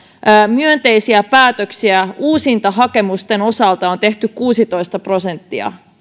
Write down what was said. myönteisiä päätöksiä uusintahakemusten osalta on tehty kuusitoista prosenttia